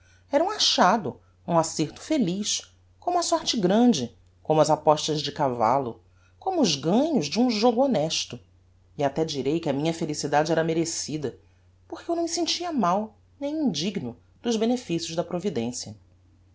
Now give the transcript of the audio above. era um achado um acerto feliz como a sorte grande como as apostas de cavallo como os ganhos de um jogo honesto e até direi que a minha felicidade era merecida porque eu não